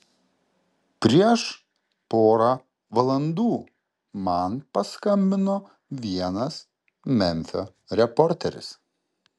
prieš porą valandų man paskambino vienas memfio reporteris